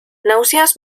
náuseas